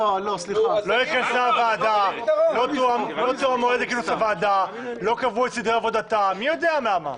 לא קבעו את סדרי עבודתה של